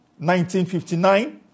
1959